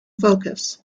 focus